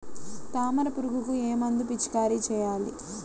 తామర పురుగుకు ఏ మందు పిచికారీ చేయాలి?